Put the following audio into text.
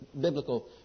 biblical